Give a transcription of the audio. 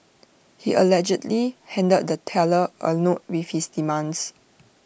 he allegedly handed the teller A note with his demands